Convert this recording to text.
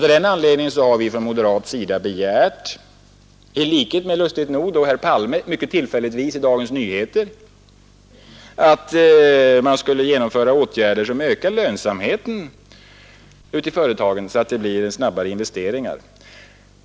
Av den anledningen har vi från moderat sida begärt — i likhet med lustigt nog herr Palme mycket tillfälligtvis i Dagens Nyheter — att man skulle genomföra åtgärder som ökar lönsamheten i företagen, så att det blir snabbare investeringar.